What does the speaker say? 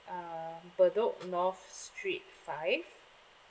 uh bedok north street five